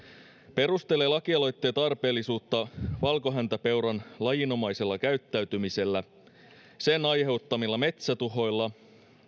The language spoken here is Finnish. perustelen laki aloitteen tarpeellisuutta valkohäntäpeuran lajinomaisella käyttäytymisellä sen aiheuttamilla metsätuhoilla